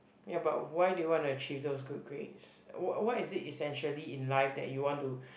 ya but why do you want to achieve those good grades what what is it essentially in life that you want to